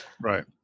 Right